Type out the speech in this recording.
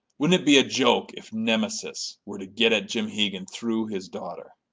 wouldn't it be a joke if nemesis were to get at jim hegan through his daughter?